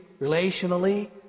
relationally